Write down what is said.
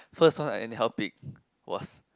first one I anyhow pick was